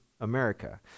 America